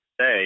say